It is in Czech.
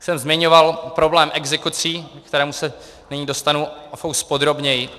Už jsem zmiňoval problém exekucí, ke kterému se nyní dostanu o fous podrobněji.